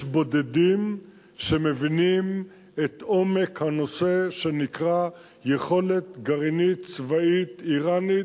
יש בודדים שמבינים את עומק הנושא שנקרא "יכולת גרעינית צבאית אירנית",